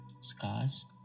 Scars